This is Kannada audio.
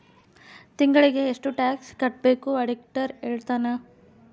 ತಿಂಗಳಿಗೆ ಎಷ್ಟ್ ಟ್ಯಾಕ್ಸ್ ಕಟ್ಬೇಕು ಆಡಿಟರ್ ಹೇಳ್ತನ